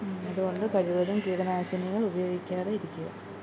അതുകൊണ്ട് കഴിവതും കീടനാശിനികൾ ഉപയോഗിക്കാതെ ഇരിക്കുക